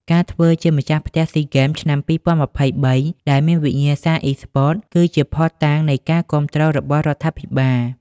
ការធ្វើជាម្ចាស់ផ្ទះស៊ីហ្គេមឆ្នាំ២០២៣ ដែលមានវិញ្ញាសាអុីស្ព័ត គឺជាភស្តុតាងនៃការគាំទ្ររបស់រដ្ឋាភិបាល។